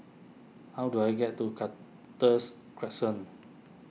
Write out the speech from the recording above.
how do I get to Cactus Crescent